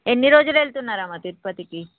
ఎన్ని రోజులు వెళ్తున్నారు అమ్మ తిరుపతికి